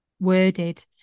worded